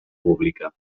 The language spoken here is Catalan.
pública